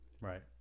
right